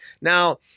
now